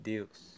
Deus